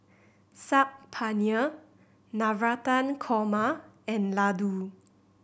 Saag Paneer Navratan Korma and Ladoo